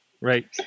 right